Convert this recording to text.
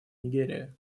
нигерия